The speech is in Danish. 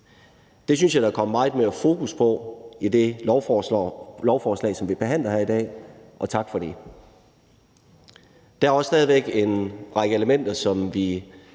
Det synes jeg der er kommet meget mere fokus på i det lovforslag, som vi behandler her i dag, og tak for det. Der er stadig væk også en række elementer, som vi